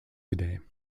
today